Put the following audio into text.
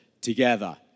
together